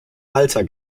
walter